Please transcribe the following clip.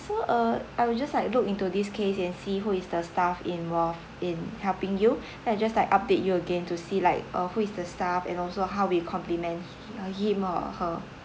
so uh I will just like look into this case and see who is the staff involved in helping you then I will just like update you again to see like uh who is the staff and also how we compliment him or her